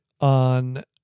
on